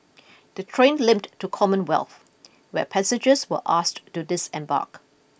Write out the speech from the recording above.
the train limped to Commonwealth where passengers were asked to disembark